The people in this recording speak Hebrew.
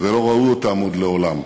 ולא ראו אותם עוד לעולם.